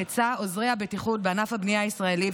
היצע עוזרי הבטיחות בענף הבנייה הישראלי,